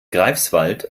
greifswald